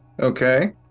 Okay